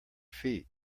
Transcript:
feet